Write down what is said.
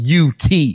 UT